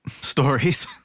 stories